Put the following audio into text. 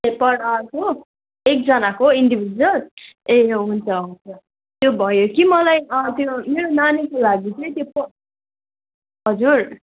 ए पर आवरको एकजनाको इन्डिभिजुअल ए हुन्छ हुन्छ त्यो भयो कि मलाई त्यो मेरो नानीको लागि चाहिँ त्यो प हजुर